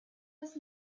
was